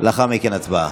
ולאחר מכן הצבעה.